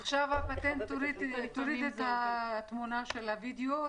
עכשיו הפטנט הוא להוריד את התמונה של הווידיאו,